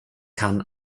kan